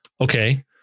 Okay